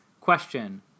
Question